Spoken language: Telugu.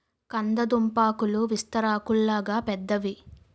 కంద దుంపాకులు విస్తరాకుల్లాగా పెద్దవి